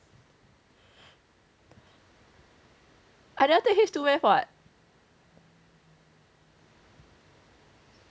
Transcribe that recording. I never take H two math [what]